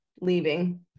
leaving